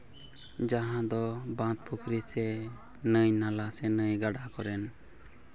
ᱡᱟᱦᱟᱸ ᱫᱚ ᱵᱟᱸᱫ ᱯᱩᱠᱷᱨᱤ ᱥᱮ ᱱᱟᱹᱭ ᱱᱟᱞᱟ ᱥᱮ ᱱᱟᱹᱭ ᱜᱟᱸᱰᱟ ᱠᱚᱨᱮᱜ